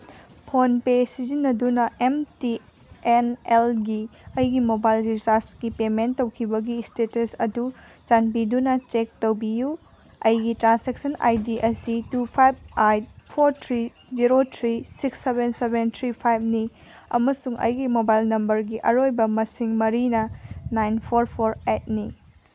phone ꯄꯦ ꯁꯤꯖꯤꯟꯅꯗꯨ M T N ꯑꯦꯜꯒꯤ ꯑꯩꯒꯤ ꯃꯣꯕꯥꯏꯜ ꯔꯤꯆꯥꯔꯖꯀꯤ ꯄꯦꯃꯦꯟ ꯇꯧꯈꯤꯕꯒꯤ ꯏꯁꯇꯦꯇꯁ ꯑꯗꯨ ꯆꯥꯟꯕꯤꯗꯨꯅ ꯆꯦꯛ ꯇꯧꯕꯤꯌꯨ ꯑꯩꯒꯤ ꯇ꯭ꯔꯥꯟꯁꯦꯛꯁꯟ ꯑꯥꯏ ꯗꯤ ꯑꯁꯤ two five eight four three zero three six seven seven three ꯐꯥꯏꯚꯅꯤ ꯑꯃꯁꯨꯡ ꯑꯩꯒꯤ ꯃꯣꯕꯥꯏꯜ ꯅꯝꯕꯔꯒꯤ ꯑꯔꯣꯏꯕ ꯃꯁꯤꯡ ꯃꯔꯤꯅ ꯅꯥꯏꯟ ꯐꯣꯔ ꯐꯣꯔ ꯑꯩꯠꯅꯤ